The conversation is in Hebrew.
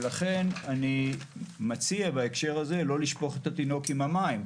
ולכן אני מציע בהקשר הזה לא לשפוך את התינוק עם המים.